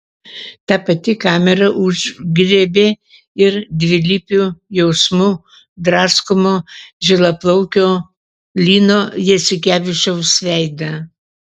ta pati kamera užgriebė ir dvilypių jausmų draskomo žilaplaukio lino jasikevičiaus veidą